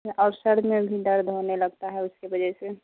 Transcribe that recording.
اور سر میں بھی درد ہونے لگتا ہے اس کے وجہ سے